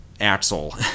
Axel